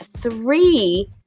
three